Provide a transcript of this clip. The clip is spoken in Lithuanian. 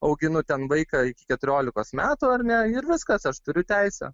auginu ten vaiką iki keturiolikos metų ar ne ir viskas aš turiu teisę